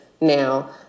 now